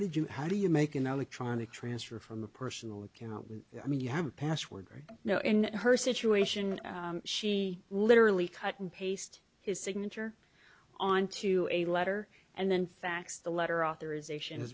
did you how do you make an electronic transfer from a personal account i mean you have a password you know in her situation she literally cut and paste his signature onto a letter and then fax the letter authorization